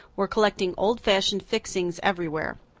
we're collecting old-fashioned fixings everywhere.